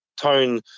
tone